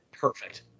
perfect